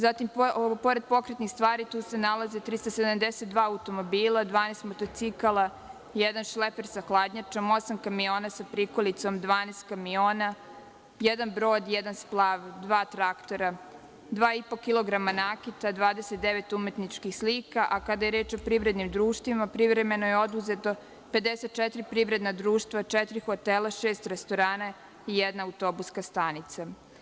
Zatim, pored pokretnih stvari, tu se nalaze 372 automobila, 12 motocikala, jedan šleper sa hladnjačom, osam kamiona sa prikolicom, 12 kamiona, jedan brod, jedan splav, dva traktora, dva i po kilograma nakita, 29 umetničkih slika, a kada je reč o privrednim društvima, privremeno je oduzeto 54 privredna društva, četiri hotela, šest restorana i jedna autobuska stanica.